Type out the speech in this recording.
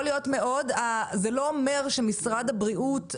זה לא אומר שמשרד הבריאות,